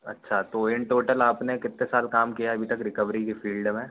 अच्छा तो in total आप ने कितने साल काम किया है अभी तक रिकवरी की फ़ील्ड में